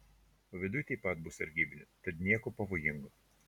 o viduj taip pat bus sargybinių tad nieko pavojingo